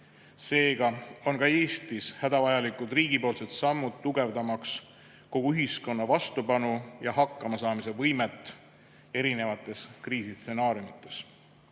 Seega on ka Eestis hädavajalikud riigipoolsed sammud, tugevdamaks kogu ühiskonna vastupanu ja hakkamasaamise võimet erinevates kriisistsenaariumides. Juba